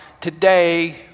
today